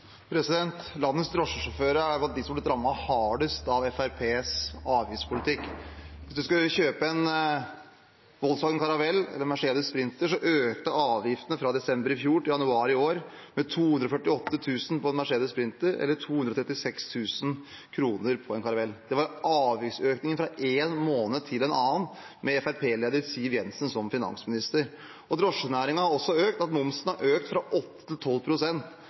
Landets drosjesjåfører er blant dem som er blitt rammet hardest av Fremskrittspartiets avgiftspolitikk. Hvis man skal kjøpe en Volkswagen Caravelle eller en Mercedes Sprinter, så økte avgiftene fra desember i fjor til januar i år med 248 000 kr for en Mercedes Sprinter og 236 00 kr for en Caravelle. Det var avgiftsøkninger fra én måned til en annen med Fremskrittsparti-leder Siv Jensen som finansminister. Drosjenæringen har også fått økt momsen, fra 8 pst. til